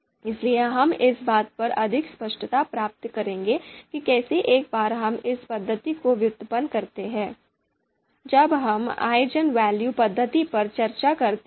इसलिए हम इस बात पर अधिक स्पष्टता प्राप्त करेंगे कि कैसे एक बार हम इस पद्धति को व्युत्पन्न करते हैं जब हम आइगेनवैल्यू पद्धति पर चर्चा करते हैं